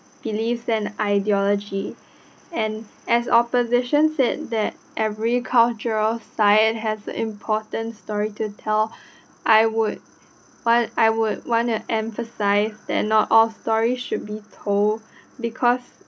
beliefs and ideology and as opposition said that every cultural site has a important story to tell I would want I would want to emphasise that not all stories should be told because